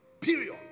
period